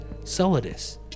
Solidus